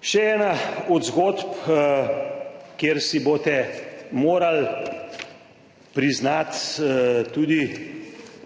Še ena od zgodb, kjer si boste morali priznati tudi